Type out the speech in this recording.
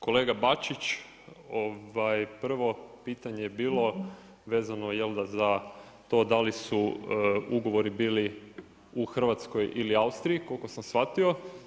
Kolega Bačić prvo pitanje je bilo vezano za to da li su ugovori bili u Hrvatskoj ili Austriji koliko sam shvatio.